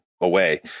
away